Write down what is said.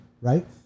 Right